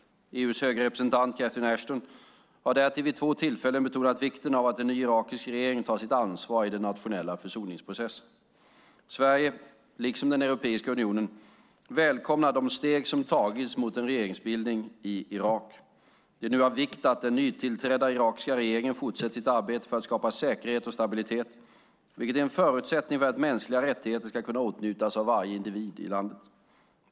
EU:s höga representant Catherine Ashton har därtill vid två tillfällen betonat vikten av att en ny irakisk regering tar sitt ansvar i den nationella försoningsprocessen. Sverige, liksom Europeiska unionen, välkomnar de steg som tagits mot en regeringsbildning i Irak. Det är nu av vikt att den nytillträdda irakiska regeringen fortsätter sitt arbete för att skapa säkerhet och stabilitet, vilket är en förutsättning för att mänskliga rättigheter ska kunna åtnjutas av varje individ i landet.